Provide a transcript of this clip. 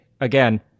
again